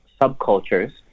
subcultures